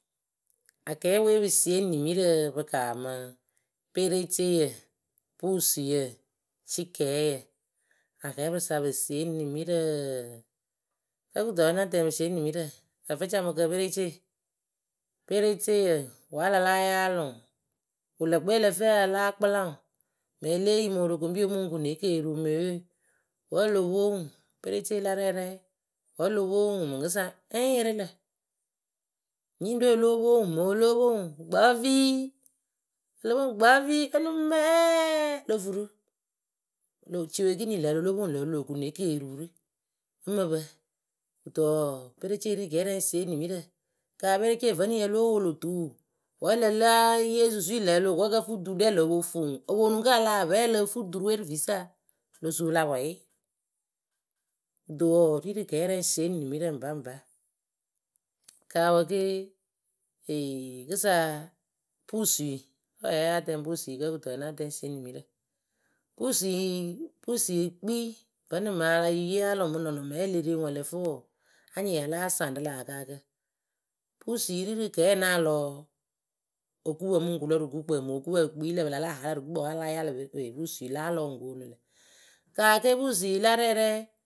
Akɛɛpɨwe pɨ sieni nimirǝ pɨ kaamɨ: pereceeyǝ, pusuyǝ, cɩkɛɛyǝ. akɛɛpɨsa pɨ sieni nimirǝ. kǝkɨto wǝ natɛŋ pɨ sieni nimirǝ? ǝfɨcamɨkǝ perecee pereceeyǝ wǝ alala yaalɨ ŋwɨ wɨlǝkpɨwe ǝ lǝ fɨ alakpɨla ŋwɨ mɨŋ ele yi morokoŋbi o muŋ kuŋ ne keriwu meyɨwe wǝ olo pwo ŋwɨ perecee la rɛ rɛŋ wǝ olo pwo ŋwɨ mɨŋkɨsa ŋ yɩrɩ lǝ nyɩŋɖǝ we o lóo pwo ŋwɨ mɨŋ o lóo pwo ŋwɨ gbɔvi olo pwo gbɔvi onuŋ mɛɛɛ lofuru lo ciwɨ ekinɨŋ lǝ olo lo pwo ŋwɨ loloku nekiriwurɨ ŋ mɨ pǝ kɨto wɔɔ perecee ri kɛrɛŋ ŋ sieni nimirǝ kaa perecee vǝnɨŋ ya lo wo lo tuwu wǝ ǝlǝ ya yee susui ŋ lǝ oloko ǝkǝ fɨ ɖurǝ oponu ka a láa pɛlɩ ǝ fɨ ɖurɨwe rɨ fisa lo su la pwɛɛyɩ. kɨdo wɔɔ ri rɨ kɛɛrɛ ŋ sieni nimirǝ baŋba kawǝ ke kɨsa pusui kǝ wǝ ya ya tɛŋ pusui kǝ kɨto wǝ na tɛŋ ŋ sieni nimirǝ pusui kpii vǝnɨŋ ma la yaalɨ ŋwɨ mɨ nɔnɔmɛye ele re ŋwɨ ǝ lǝ fɨ wɔɔ anyɩŋ ya la saŋɖǝ láa akaakǝ. pusui ri rɨ kɛɛ náa lɔ okupǝ mɨŋ kulǝ rɨ gukpǝ mɨŋ okupǝ pɨ kpii lǝ pɨ la láa ha rɨ gukpǝ wala yaalɨ pusui láa lɔ ŋ koonu lǝ. ka ke pusui la rɛɛrɛ.